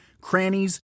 crannies